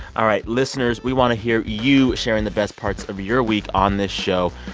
all right. listeners, we want to hear you sharing the best parts of your week on this show.